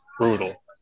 brutal